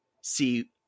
see